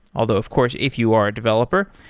although of course if you are a developer,